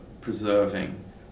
preserving